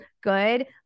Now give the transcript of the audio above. good